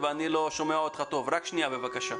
לחודש.